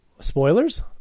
Spoilers